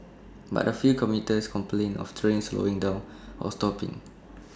but A few commuters complained of trains slowing down or stopping